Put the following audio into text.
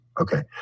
Okay